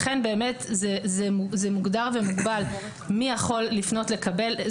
לכן באמת זה מוגדר ומוגבל לגבי מי שיכול לפנות לקבל.